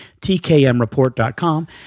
tkmreport.com